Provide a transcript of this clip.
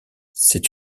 c’est